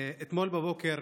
אתמול בבוקר